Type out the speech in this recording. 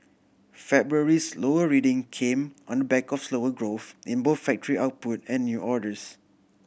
February's lower reading came on the back of slower growth in both factory output and new orders